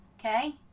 okay